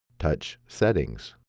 touch settings.